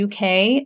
UK